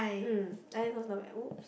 mm Isaac Toast not bad !oops!